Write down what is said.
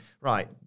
right